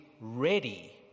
ready